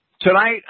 Tonight